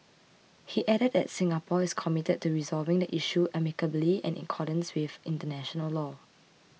he added that Singapore is committed to resolving the issue amicably and in accordance with international law